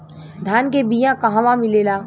धान के बिया कहवा मिलेला?